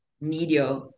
media